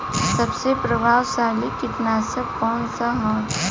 सबसे प्रभावशाली कीटनाशक कउन सा ह?